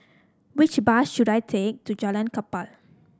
which bus should I take to Jalan Kapal